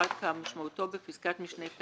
הבנקים דורשים מהם לאשר כל מיני דברים.